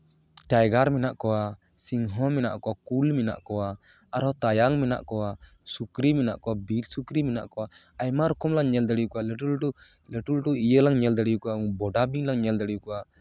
tiger ᱢᱮᱱᱟᱜ ᱠᱚᱣᱟ ᱥᱤᱝᱦᱚᱸ ᱢᱮᱱᱟᱜ ᱠᱚᱣᱟ ᱠᱩᱞ ᱢᱮᱱᱟᱜ ᱠᱚᱣᱟ ᱟᱨᱦᱚᱸ ᱛᱟᱭᱟᱝ ᱢᱮᱱᱟᱜ ᱠᱚᱣᱟ ᱥᱩᱠᱨᱤ ᱢᱮᱱᱟᱜ ᱠᱚᱣᱟ ᱵᱤᱨ ᱥᱩᱠᱨᱤ ᱢᱮᱱᱟᱜ ᱠᱚᱣᱟ ᱟᱭᱢᱟ ᱨᱚᱠᱚᱢ ᱞᱟᱝ ᱧᱮᱞ ᱫᱟᱲᱮᱣ ᱠᱚᱣᱟ ᱞᱟᱹᱴᱩ ᱞᱟᱹᱴᱩ ᱞᱟᱹᱴᱩ ᱞᱟᱹᱴᱩ ᱤᱭᱟᱹ ᱞᱟᱝ ᱧᱮᱞ ᱫᱟᱲᱮ ᱠᱚᱣᱟ ᱵᱳᱰᱟ ᱵᱤᱧ ᱞᱟᱝ ᱧᱮᱞ ᱫᱟᱲᱮ ᱠᱚᱣᱟ